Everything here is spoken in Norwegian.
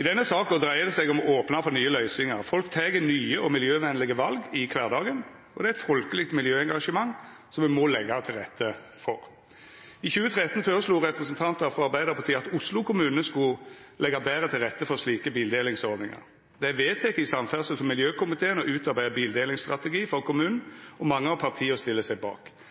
Denne saka dreiar seg om å opna for nye løysingar. Folk tek nye og miljøvennlege val i kvardagen, og det er eit folkeleg miljøengasjement som me må leggja til rette for. I 2013 foreslo representantar frå Arbeidarpartiet at Oslo kommune skulle leggja betre til rette for slike bildelingsordningar. Det er